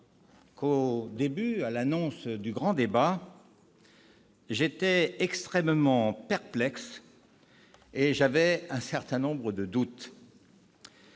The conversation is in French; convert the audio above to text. que, au début, à l'annonce du grand débat, j'étais extrêmement perplexe, j'avais un certain nombre de doutes.